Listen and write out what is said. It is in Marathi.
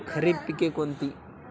खरीप पिके कोणती?